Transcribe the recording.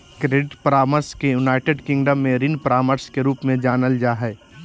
credit परामर्श के United Kingdom में ऋण परामर्श के रूप में जानल जा हइ